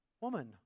Woman